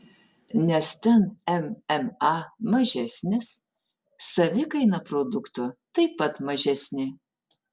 nes ten mma mažesnis savikaina produkto taip pat mažesnė